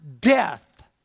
death